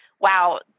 wow